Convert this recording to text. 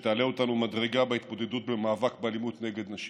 שתעלה אותנו מדרגה בהתמודדות במאבק באלימות נגד נשים.